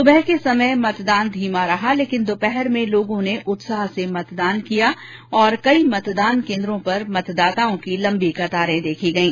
सुबह के समय मतदान धीमा रहा लेकिन दोपहर में लोगों ने उत्साह से मतदान किया और कई मतदान केन्द्रों पर मतदाताओं की लम्बी कतार देखी गयी